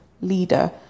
leader